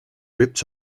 ripped